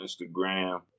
Instagram